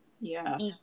Yes